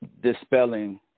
dispelling